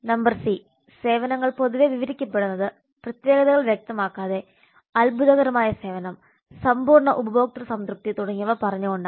number C സേവനങ്ങൾ പൊതുവെ വിവരിക്കപ്പെടുന്നത് പ്രത്യേകതകൾ വ്യക്തമാക്കാതെ അത്ഭുതകരമായ സേവനം സമ്പൂർണ്ണ ഉപഭോക്തൃ സംതൃപ്തി തുടങ്ങിയവ പറഞ്ഞുകൊണ്ടാണ്